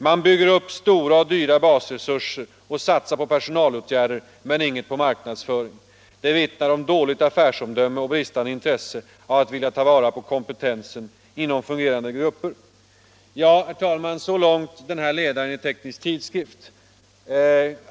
Man bygger upp stora och dyra basresurser och satsar på personalåtgärder men inget på marknadsföring. Det vittnar om dåligt affärsomdöme och bristande intresse av att vilja ta vara på kompetensen inom fungerande grupper.” Så långt ledaren i Teknisk Tidskrift.